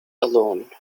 alone